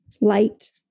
light